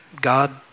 God